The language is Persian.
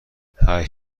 هشت